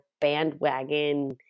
bandwagon